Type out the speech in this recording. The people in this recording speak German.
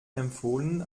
empfohlen